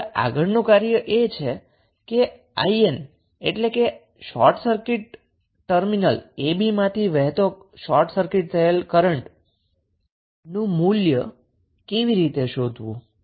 હવે આગળનું કાર્ય એ છે કે I𝑁 એટલે કે શોર્ટ સર્કિટ ટર્મિનલ ab માંથી વહેતા શોર્ટ થયેલ સામગ્રી એક્રોસ મા શોર્ટ કરન્ટનું મૂલ્ય કેવી રીતે શોધવું